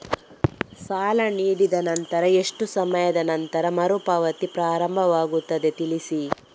ಸಾಲ ನೀಡಿದ ನಂತರ ಎಷ್ಟು ಸಮಯದ ನಂತರ ಮರುಪಾವತಿ ಪ್ರಾರಂಭವಾಗುತ್ತದೆ ತಿಳಿಸಿ?